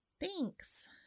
Thanks